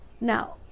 now